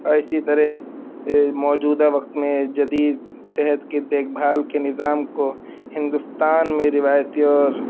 اور اسی طرح موجودہ وقت میں جدید صحت کی دیکھ بھال کے نظام کو ہندوستان میں روایتی اور